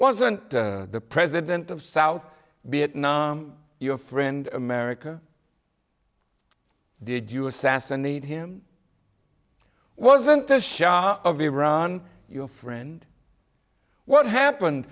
wasn't the president of south vietnam your friend america did you assassinate him wasn't the shah of iran your friend what happened